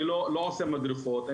אני לא עושה מדרכות,